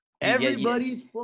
Everybody's